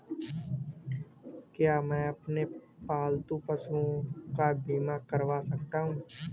क्या मैं अपने पालतू पशुओं का बीमा करवा सकता हूं?